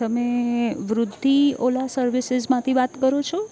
તમે વૃદ્ધિ ઓલા સર્વિસિસમાંથી વાત કરો છો